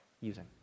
using